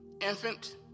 Infant